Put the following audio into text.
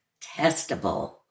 testable